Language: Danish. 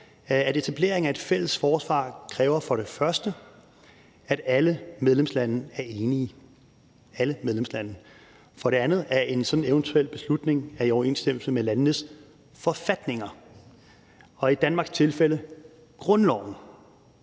etablering af et fælles forsvar kræver for det første, at alle medlemslande er enige – alle medlemslande – og for det andet, at en sådan eventuel beslutning er i overensstemmelse med landenes forfatninger, og i Danmarks tilfælde grundloven